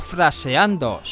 Fraseando